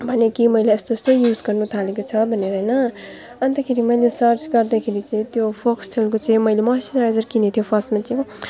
भनेँ कि मैले यस्तो यस्तो युज गर्नु थालेको छ भनेर होइन अन्तखेरि मैले सर्च गर्दाखेरि चाहिँ त्यो फोक्सटेलको चाहिँ मैले मोइस्चराइजर किनेको थियो फर्स्टमा चाहिँ